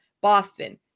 Boston